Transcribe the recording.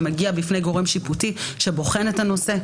אתה מגיע בפני גורם שיפוטי שבוחן את הנושא.